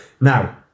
Now